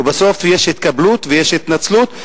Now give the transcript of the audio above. ובסוף יש התקפלות ויש התנצלות.